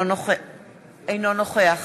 אינו נוכח